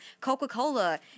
Coca-Cola